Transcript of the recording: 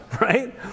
Right